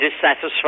dissatisfied